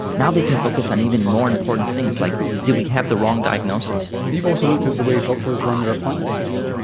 now they can focus on even more important things like do we have the wrong diagnosis. you've also looked at the way doctors run their appointment system.